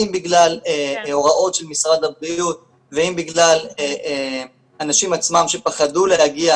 אם בגלל הוראות של משרד הבריאות ואם בגלל אנשים עצמם שפחדו להגיע